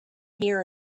here